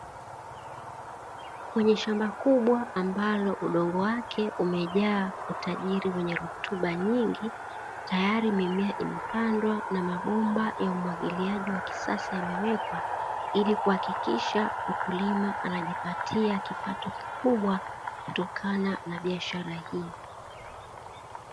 Kwenye shamba kubwa ambalo udongo wake umejaa utajiri wenye rutuba nyingi tayari mimea imepandwa na mabomba ya umwagiliaji wa kisasa yamewekwa ili kuhakikisha mkulima anajipatia kipato kukibwa kutokana na biashara hii.